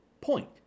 point